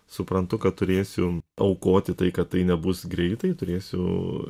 suprantu kad turėsiu aukoti tai kad tai nebus greitai turėsiu